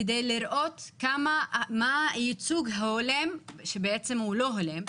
כדי לראות מה הייצוג ההולם שבעצם הוא לא הולם,